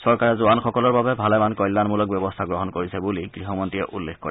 চৰকাৰে জোৱানসকলৰ বাবে ভালেমান কল্যাণমূলক ব্যৱস্তা গ্ৰহণ কৰিছে বুলি গৃহমন্নীয়ে উল্লেখ কৰে